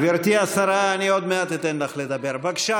אני קראתי היום את מה שאמר שר המשפטים בתגובה שלו להחלטת בג"ץ,